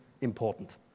important